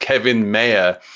kevin mayor,